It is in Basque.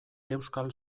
euskal